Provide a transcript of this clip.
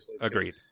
agreed